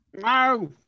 No